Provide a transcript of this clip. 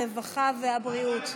הרווחה והבריאות.